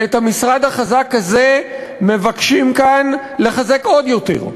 ואת המשרד החזק הזה מבקשים כאן לחזק עוד יותר.